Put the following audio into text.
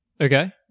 Okay